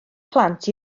plant